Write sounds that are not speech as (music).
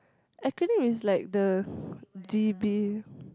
acronym is like (breath) the G_B